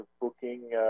booking